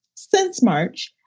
since march.